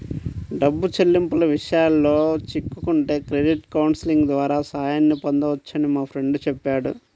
డబ్బు చెల్లింపుల విషయాల్లో చిక్కుకుంటే క్రెడిట్ కౌన్సిలింగ్ ద్వారా సాయాన్ని పొందొచ్చని మా ఫ్రెండు చెప్పాడు